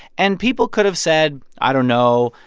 and people could have said, i don't know,